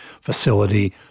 facility